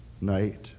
night